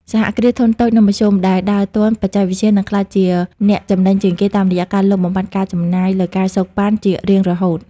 សហគ្រាសធុនតូច និងមធ្យម ដែលដើរទាន់បច្ចេកវិទ្យា នឹងក្លាយជាអ្នកចំណេញជាងគេ តាមរយៈការលុបបំបាត់ការចំណាយលើ ការសូកប៉ាន់ ជារៀងរហូត។